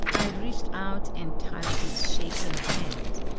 i reached out and touched his shaking hand,